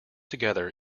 together